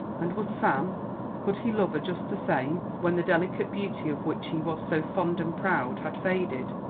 and would sam could he love her just the same when the delicate beauty of which he was so fond and proud had faded?